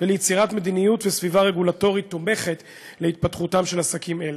וליצירת מדיניות וסביבה רגולטורית תומכת להתפתחותם של עסקים אלה.